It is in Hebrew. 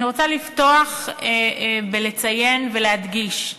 ואני רוצה לפתוח בלציין ולהדגיש: